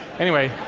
anyway,